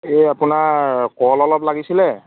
এই আপোনাৰ কল অলপ লাগিছিলে